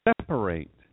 separate